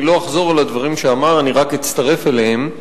אני לא אחזור על הדברים שאמר, אני רק אצטרף אליהם.